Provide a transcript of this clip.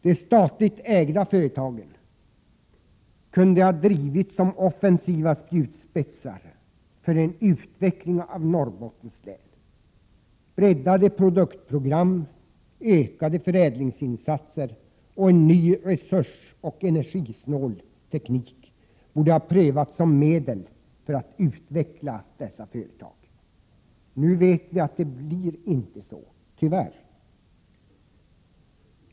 De statligt ägda företagen kunde ha drivits som offensiva spjutspetsar för en utveckling av Norrbottens län. Breddade produktprogram, ökade förädlingsinsatser och ny resursoch energisnål teknik borde ha prövats som medel för att utveckla dessa företag. Nu vet vi att det inte blir så. Tyvärr.